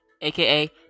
aka